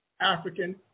African